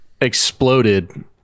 exploded